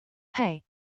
hey